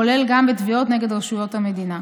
כולל גם בתביעות נגד רשויות המדינה.